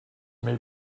may